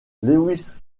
lewis